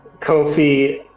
kofie,